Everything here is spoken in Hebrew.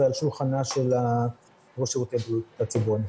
זה על שולחנה של ראש שירותי בריאות הציבור הנכנסת.